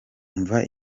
umva